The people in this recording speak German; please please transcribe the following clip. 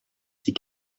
sie